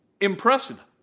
impressive